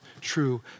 true